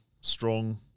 strong